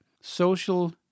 social